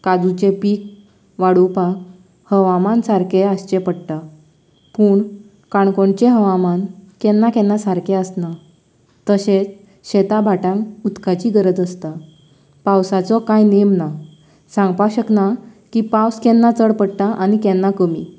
काजूचे पीक वाडोवपाक हवामान सारकें आसचे पडटा पूण काणकोणचे हवामान केन्ना केन्ना सारकें आसना तशेंच शेतां भाटांक उदकांची गरज आसता पावसाचो कांय नेम ना सांगपाक शकना की पावस केन्ना चड पडटा आनी केन्ना कमी